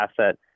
asset